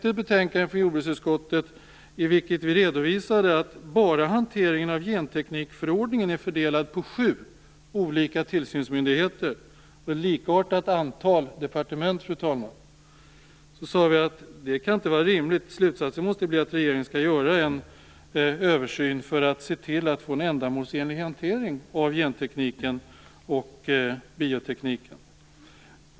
Efter betänkandet från jordbruksutskottet, i vilket vi redovisar att bara hanteringen av genteknikförordningen är fördelad på sju olika tillsynsmyndigheter och ett likartat antal departement, sade vi att det inte kan vara rimligt utan att slutsatsen måste bli att regeringen måste göra en översyn för att se till att det blir en ändamålsenlig hantering av gentekniken och biotekniken.